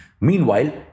Meanwhile